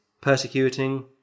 persecuting